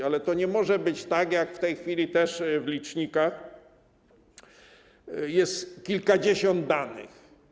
Ale to nie może być tak jak w tej chwili też w licznikach, że jest kilkadziesiąt danych.